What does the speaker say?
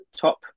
top